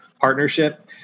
partnership